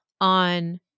on